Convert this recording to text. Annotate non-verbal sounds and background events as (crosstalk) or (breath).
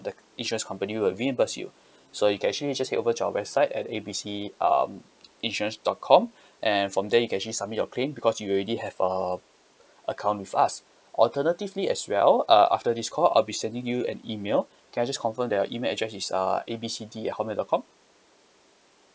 the insurance company will reimburse you (breath) so you can actually just head over to our website at A B C um insurance dot com (breath) and from there you can actually submit your claim because you already have uh account with us alternatively as well uh after this call I'll be sending you an email (breath) can I just confirm that your email address is uh A B C D at hotmail dot com